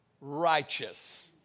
righteous